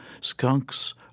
skunks